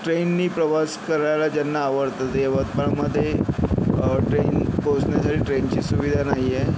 ट्रेननी प्रवास करायला ज्यांना आवडतं तर यवतमाळमध्ये ट्रेन पोहोचण्यासाठी ट्रेनची सुविधा नाही आहे